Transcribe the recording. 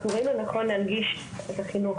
אנחנו רואים לנכון להנגיש את החינוך,